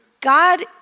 God